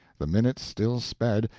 the minutes still sped,